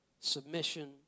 submission